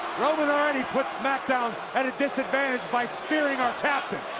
roman already put smackdown at a disadvantaged by spearing our captain.